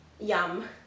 yum